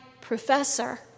professor